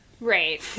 Right